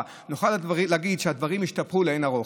נוכל להגיד שהדברים השתפרו לאין ערוך.